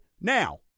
now